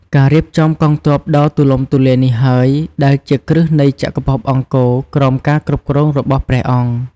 ការរៀបចំកងទ័ពដ៏ទូលំទូលាយនេះហើយដែលជាគ្រឹះនៃចក្រភពអង្គរក្រោមការគ្រប់គ្រងរបស់ព្រះអង្គ។